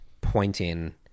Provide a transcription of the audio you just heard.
pointing